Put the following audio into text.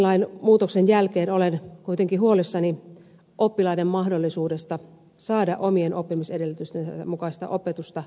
tämänkin lainmuutoksen jälkeen olen kuitenkin huolissani oppilaiden mahdollisuudesta saada omien oppimisedellytystensä mukaista opetusta